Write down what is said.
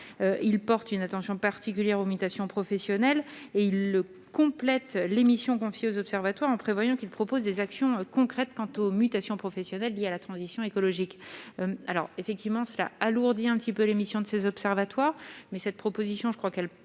il porte une attention particulière aux mutations professionnelles et il le complète les missions confiées aux observatoires en prévoyant qui. Propose des actions concrètes quant aux mutations professionnelles liées à la transition écologique alors effectivement cela alourdit un petit peu l'émission de ces observatoires mais cette proposition, je crois qu'elle